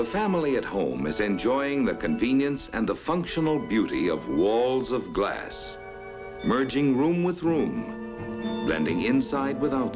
the family at home is enjoying the convenience and the functional beauty of walls of glass merging room with room blending inside